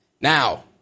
Now